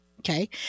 Okay